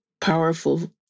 powerful